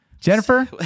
Jennifer